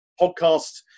podcast